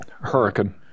Hurricane